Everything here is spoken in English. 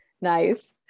Nice